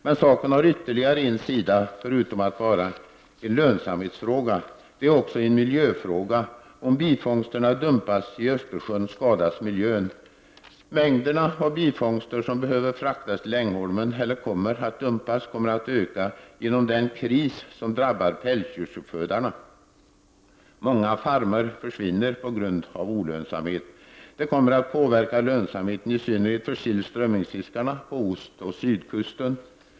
Men saken har ytterligare en sida, förutom att vara en lönsamhetsfråga. Det är också en miljöfråga. Om bifångsterna dumpas i Östersjön skadas miljön. Mängderna av bifångster, som behöver fraktas till Ängholmen eller kommer att dumpas, kommer att öka genom den kris som drabbat pälsdjursuppfödarna. Många farmer försvinner på grund av olönsamhet. Det kommer att påverka lönsamheten i synnerhet för sill/strömmingsfiskarna på ostoch sydkusten.